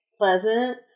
pleasant